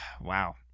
Wow